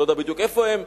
אני לא יודע בדיוק איפה הם,